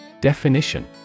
Definition